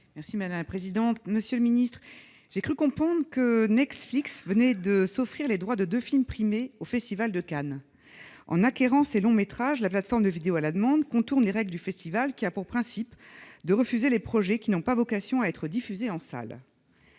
est à Mme Laure Darcos. Monsieur le ministre, j'ai cru comprendre que Netflix venait de s'offrir les droits de deux films primés au Festival de Cannes. En acquérant les droits de ces longs-métrages, cette plateforme de vidéo à la demande contourne les règles du Festival, qui a pour principe de refuser les projets n'ayant pas vocation à être diffusés en salle.